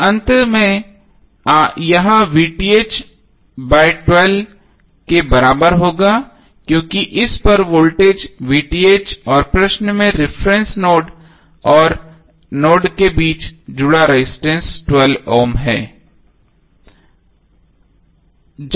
तो अंत में यह बाय 12 के बराबर होगा क्योंकि इस पर वोल्टेज और प्रश्न में रिफरेन्स नोड और नोड के बीच जुड़ा रजिस्टेंस 12 ओम है